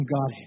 God